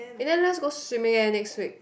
and then let's go swimming eh next week